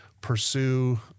pursue